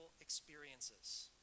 experiences